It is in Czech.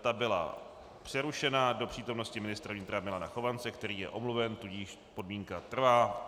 Ta byla přerušena do přítomnosti ministra vnitra Milana Chovance, který je omluven, tudíž podmínka trvá.